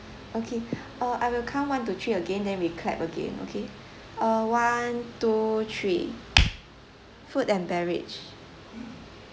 okay uh I will count one two three again then we clap again okay uh one two three food and beverage